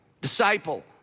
disciple